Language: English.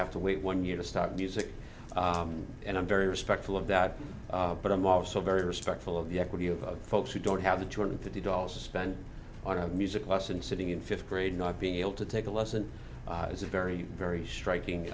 have to wait one year to start music and i'm very respectful of that but i'm also very respectful of the equity of folks who don't have the two hundred fifty dollars to spend on of music lessons sitting in fifth grade not being able to take a lesson is a very very striking